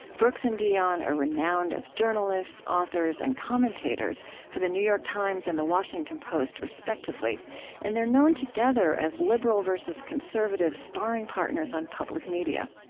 brooks and dionne are renowned as journalists, authors, and commentators for the new york timesand the washington post respectively and they're known together as liberal vs. conservative sparring partners on public media.